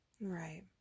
Right